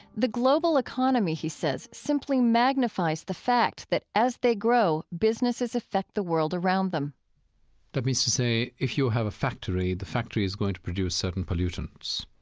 the global economy, he says, simply magnifies the fact that, as they grow, businesses affect the world around them that means to say, if you have a factory, the factory is going to produce certain pollutants.